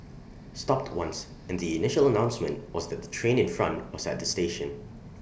stopped once and the initial announcement was that the train in front was at the station